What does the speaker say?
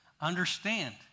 understand